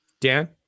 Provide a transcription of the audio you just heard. Dan